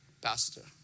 pastor